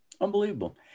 Unbelievable